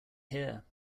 here